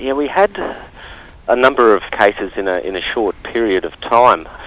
yeah we had a number of cases in ah in a short period of time,